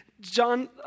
John